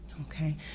okay